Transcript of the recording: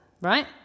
right